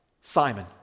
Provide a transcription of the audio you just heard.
Simon